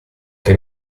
che